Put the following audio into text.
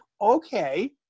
okay